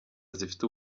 zifite